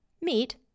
meat